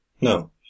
No